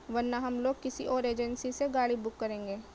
ورنہ ہم لوگ کسی اور ایجنسی سے گاڑی بک کریں گے